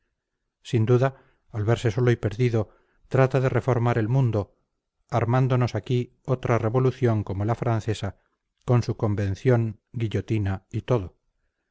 sin duda al verse solo y perdido trata de reformar el mundo armándonos aquí otra revolución como la francesa con su convención guillotina y todo